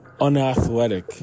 unathletic